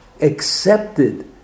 accepted